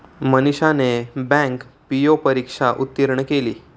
मनीषाने bank P परीक्षा उत्तीर्ण केली